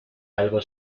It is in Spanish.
algo